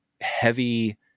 heavy